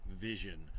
vision